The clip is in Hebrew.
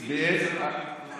נציגים של משרד